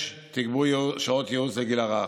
תגבור שעות ייעוץ לגיל הרך,